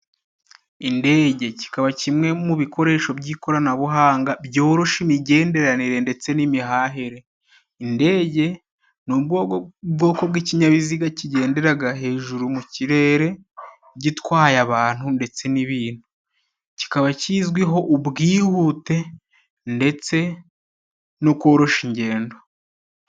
Indege kikaba kimwe mu bikoresho by'ikoranabuhanga byorosha imigenderanire ndetse n'imihahire. Indege ni ubwoko bw'ikinyabiziga kigenderaga hejuru mu kirere gitwaye abantu ndetse n'ibintu, kikaba kizwiho ubwihute ndetse no korosha ingendo.